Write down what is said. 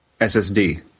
SSD